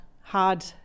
hard